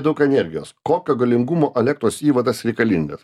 daug energijos kokio galingumo elektros įvadas reikalingas